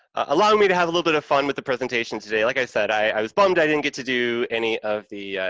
allowing me to have a little bit of fun with the presentation today. like i said, i was bummed i didn't get to do any of the,